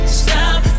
stop